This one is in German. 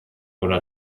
oder